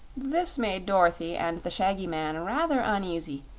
this made dorothy and the shaggy man rather uneasy,